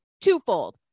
twofold